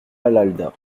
palalda